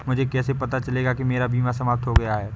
मुझे कैसे पता चलेगा कि मेरा बीमा समाप्त हो गया है?